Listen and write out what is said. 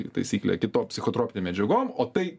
kaip taisyklė kitom psichotropinėm medžiagom o tai